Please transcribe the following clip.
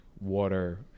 water